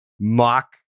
mock